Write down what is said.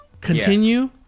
Continue